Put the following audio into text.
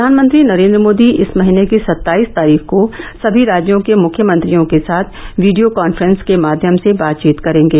प्रधानमंत्री नरेन्द्र मोदी इस महीने की सत्ताईस तारीख को सभी राज्यों के मुख्यमंत्रियों के साथ वीडियो कॉन्फ्रेंस के माध्यम से बातचीत करेंगे